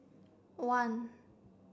one